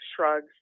Shrugs